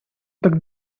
так